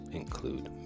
include